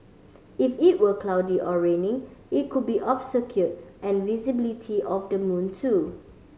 if it were cloudy or raining it could be obscured an visibility of the moon too